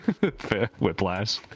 Whiplash